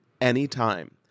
anytime